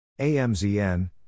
AMZN